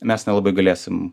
mes nelabai galėsim